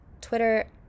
twitter